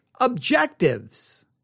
objectives